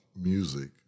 music